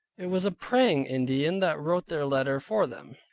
it was a praying indian that wrote their letter for them.